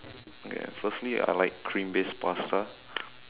okay firstly I like cream based pasta